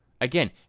Again